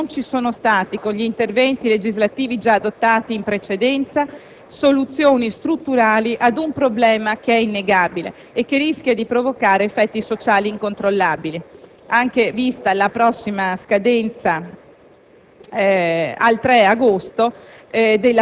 a convertire è la conseguenza del fatto che non ci sono stati, con gli interventi legislativi adottati in precedenza, soluzioni strutturali a un problema che è innegabile e che rischia di provocare effetti sociali incontrollabili,